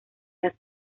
las